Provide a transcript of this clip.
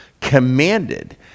commanded